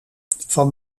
van